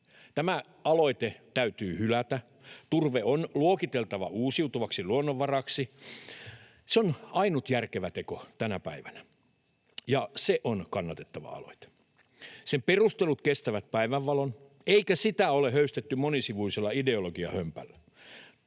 Tämä aloite täytyy hylätä. Turve on luokiteltava uusiutuvaksi luonnonvaraksi. Se on ainut järkevä teko tänä päivänä, ja se on kannatettava aloite. Sen perustelut kestävät päivänvalon, eikä sitä ole höystetty monisivuisella ideologiahömpällä.